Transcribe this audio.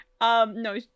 No